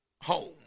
home